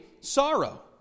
sorrow